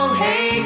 hey